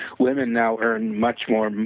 women now are in much more,